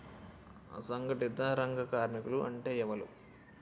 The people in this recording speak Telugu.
అసంఘటిత రంగ కార్మికులు అంటే ఎవలూ?